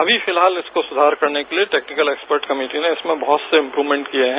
अभी फिलहाल इसको सुधार करने के लिए टेक्निकल एक्सपर्ट कमेटी ने इसमें बहुत से इम्प्रूवमेंट किए हैं